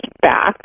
back